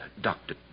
Doctor